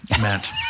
meant